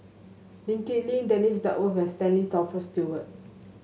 Lee Kip Lin Dennis Bloodworth and Stanley Toft Stewart